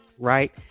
Right